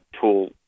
tool